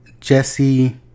Jesse